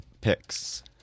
picks